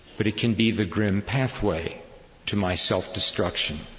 but it can be the grim pathway to my self-destruction.